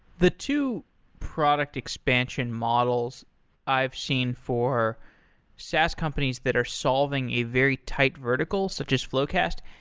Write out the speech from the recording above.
the two product expansion models i've seen for sas companies that are solving a very tight vertical, such as floqast,